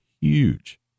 huge